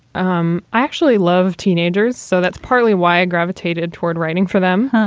um i actually love teenagers, so that's partly why i gravitated toward writing for them.